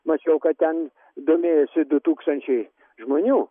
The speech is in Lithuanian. mačiau kad ten domėjosi du tūkstančiai žmonių